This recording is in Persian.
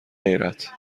غیرت